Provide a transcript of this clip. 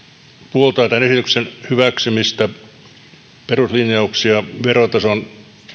puoltaa tämän esityksen peruslinjausten hyväksymistä verotason